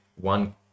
one